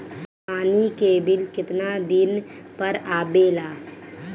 पानी के बिल केतना दिन पर आबे ला?